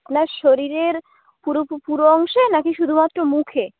আপনার শরীরের পুরো অংশে নাকি শুধুমাত্র মুখে